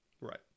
right